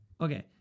Okay